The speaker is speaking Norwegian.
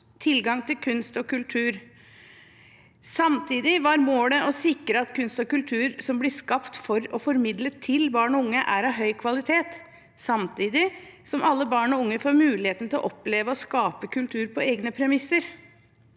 tilgang til kunst og kultur. Samtidig var målet å sikre at kunst og kultur som blir skapt for og formidlet til barn og unge, er av høy kvalitet – samtidig som alle barn og unge får muligheten til å oppleve å skape kultur på egne premisser.